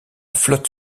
flotte